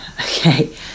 Okay